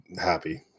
happy